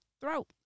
throat